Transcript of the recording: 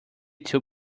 two